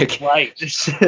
Right